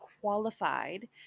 qualified